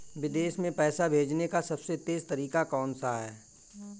विदेश में पैसा भेजने का सबसे तेज़ तरीका कौनसा है?